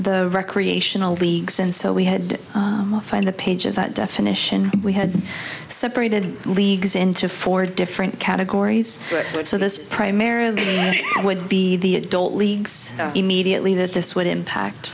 the recreational leagues and so we had to find the page of that definition we had separated leagues into four different categories so this primarily would be the adult leagues immediately that this would impact